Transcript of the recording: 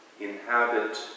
inhabit